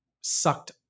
sucked